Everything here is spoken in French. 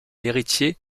héritier